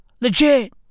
legit